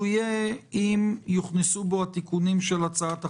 יהיה אם יוכנסו בו התיקונים של הצעת החוק.